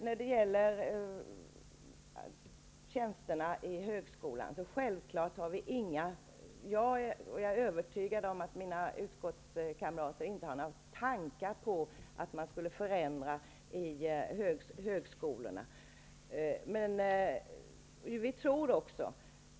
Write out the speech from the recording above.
När det gäller tjänsterna i högskolan har jag, och jag är övertygad om att det även gäller mina utskottskamrater, inte några tankar på att man skall förändra i högskolorna.